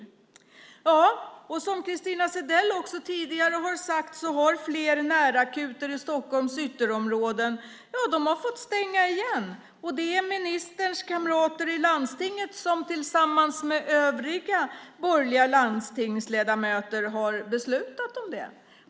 Som Christina Zedell tidigare har sagt har flera närakuter i Stockholms ytterområden fått stänga igen. Och det är ministerns kamrater i landstinget som tillsammans med övriga borgerliga landstingsledamöter har beslutat om det.